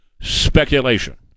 speculation